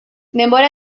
denbora